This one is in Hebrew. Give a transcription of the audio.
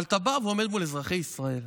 אבל אתה בא ועומד מול אזרחי ישראל,